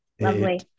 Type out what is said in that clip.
Lovely